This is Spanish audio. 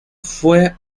fue